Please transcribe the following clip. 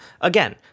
again